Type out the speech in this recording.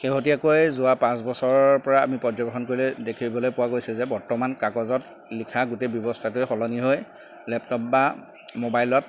শেহতীয়াকৈ যোৱা পাঁচ বছৰৰ পৰা আমি পৰ্যবেক্ষণ কৰিলে দেখিবলৈ পোৱা গৈছে যে বৰ্তমান কাগজত লিখা গোটেই ব্যৱস্থাটোৱে সলনি হৈ লেপটপ বা মোবাইলত